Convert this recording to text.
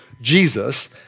Jesus